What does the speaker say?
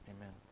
Amen